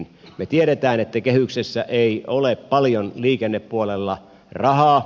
me tiedämme että kehyksessä ei ole paljon liikennepuolella rahaa